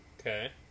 Okay